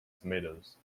tomatoes